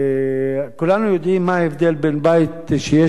כולנו יודעים מה ההבדל בין בית שיש בו